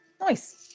nice